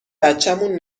بچمون